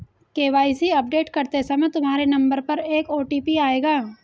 KYC update करते समय तुम्हारे नंबर पर एक ओ.टी.पी आएगा